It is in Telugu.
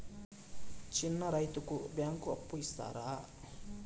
చిన్న రైతుకు బ్యాంకు అప్పు ఇస్తారా?